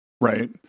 right